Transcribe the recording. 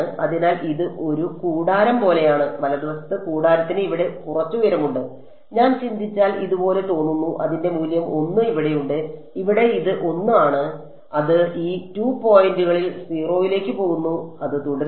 അതിനാൽ ഇത് ഒരു കൂടാരം പോലെയാണ് വലതുവശത്ത് കൂടാരത്തിന് ഇവിടെ കുറച്ച് ഉയരമുണ്ട് ഞാൻ ചിന്തിച്ചാൽ ഇതുപോലെ തോന്നുന്നു അതിന്റെ മൂല്യം 1 ഇവിടെയുണ്ട് ഇവിടെ ഇത് 1 ആണ് അത് ഈ 2 പോയിന്റുകളിൽ 0 ലേക്ക് പോകുന്നു അത് തുടരുന്നു